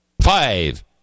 Five